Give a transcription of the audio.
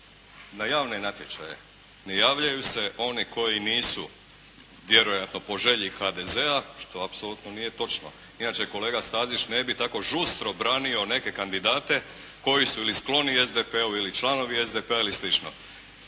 na javne natječaje ne javljaju se oni koji nisu vjerojatno po želji HDZ-a što apsolutno nije točno. Inače kolega Stazić ne bi tako žustro branio neke kandidate koji su ili skloni SDP-u ili članovi SDP-a, ili